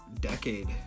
decade